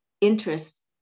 interest